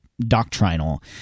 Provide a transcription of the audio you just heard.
doctrinal